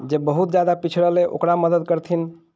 जे बहुत जादा पिछड़ल अइ ओकरा मदद करथिन